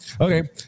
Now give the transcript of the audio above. Okay